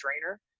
trainer